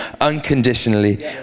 unconditionally